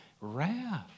Wrath